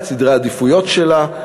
את סדרי העדיפויות שלה,